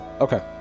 Okay